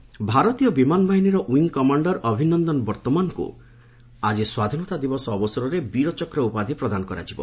ID ଆଓ୍ଠାର୍ଡସ ଭାରତୀୟ ବିମାନ ବାହିନୀର ୱିଙ୍ଗ୍ କମାଣ୍ଡର ଅଭିନନ୍ଦନ ବର୍ତ୍ତମାନ୍ଙ୍କୁ ଆଳି ସ୍ୱାଧୀନତା ଦିବସ ଅବସରରେ ବୀରଚକ୍ର ଉପାଧି ପ୍ରଦାନ କରାଯିବ